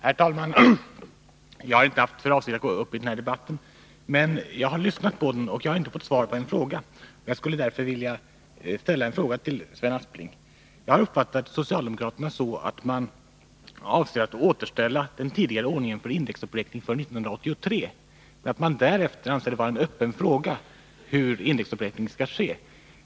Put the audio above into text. Herr talman! Jag har inte haft för avsikt att gå upp i den här debatten, men jag har lyssnat på den, och det är en fråga som jag inte har fått svar på. Jag skulle därför vilja ställa den frågan till Sven Aspling. Jag uppfattade socialdemokraterna så att man avser att återställa den tidigare ordningen för indexberäkning för 1983, men att man därefter anser det vara en öppen fråga hur indexberäkningen skall ske.